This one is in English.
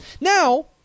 Now